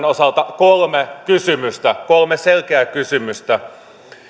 osalta niin kolme kysymystä kolme selkeää kysymystä